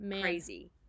crazy